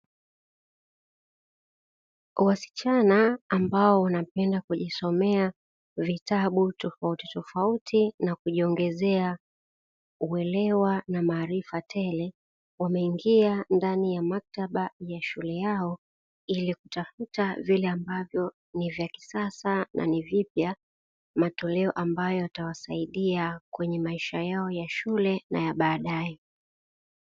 Wasichana ambao wanapenda kujisomea vitabu tofautitofauti na kujiongezea uelewa na maarifa tele, wameingia ndani ya maktaba ya shule yao ili kutafuta vile ambavyo ni vya kisasa na ni vipya, matoleo ambayo yatawasaidia kwenye maisha yao ya shule na ya baadaye.